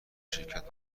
شرکت